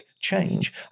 change